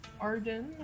Arden